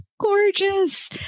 gorgeous